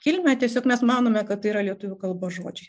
kilmę tiesiog mes manome kad tai yra lietuvių kalbos žodžiai